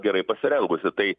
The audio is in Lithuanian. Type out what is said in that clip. gerai pasirengusi tai